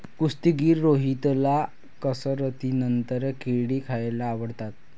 कुस्तीगीर रोहितला कसरतीनंतर केळी खायला आवडतात